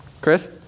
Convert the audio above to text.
Chris